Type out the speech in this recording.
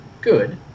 good